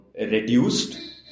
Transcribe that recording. reduced